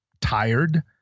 tired